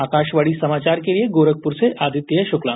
आकाशवाणी समाचार के लिए गोरखपुर से आदित्य शुक्ला